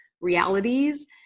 realities